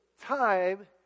time